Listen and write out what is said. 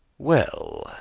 well,